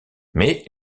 mais